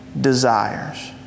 desires